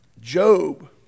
Job